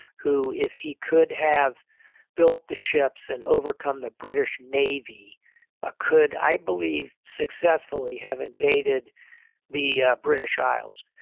who if he could have built the ships and overcome the british navy ah could, i believe, successfully have invaded the british isles.